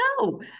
No